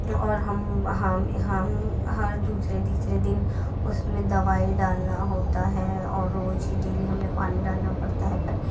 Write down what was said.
اور ہم ہم ہم ہر دوسرے تیسرے دن اس میں دوائی ڈالنا ہوتا ہے اور وہ چیز ڈیلی ہمیں پانی ڈالنا پڑتا ہے پر